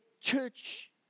church